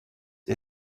est